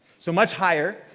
so much higher.